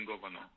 governor